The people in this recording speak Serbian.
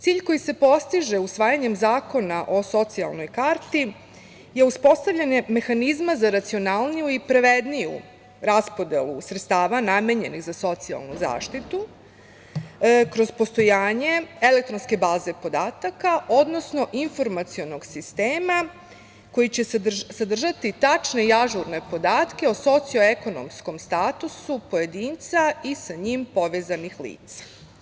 Cilj koji se postiže usvajanjem zakona o socijalnoj karti je uspostavljanje mehanizma za racionalniju i pravedniju raspodelu sredstava namenjenih za socijalnu zaštitu kroz postojanje elektronske baze podataka, odnosno informacionog sistema koji će sadržati tačne i ažurne podatke o socioekonomskom statusu pojedinca i sa njim povezanih lica.